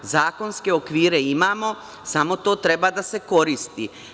Zakonske okvire imamo, samo to treba da se koristi.